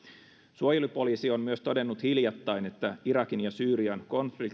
suojelupoliisi on myös todennut hiljattain että irakin ja syyrian